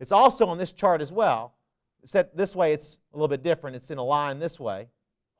it's also on this chart as well set this way. it's a little bit different. it's in a line this way